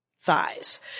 thighs